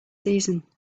season